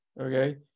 okay